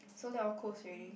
so late all close already